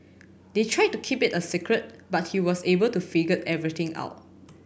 they tried to keep it a secret but he was able to figure everything out